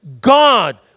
God